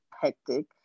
hectic